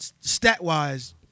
Stat-wise